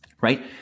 right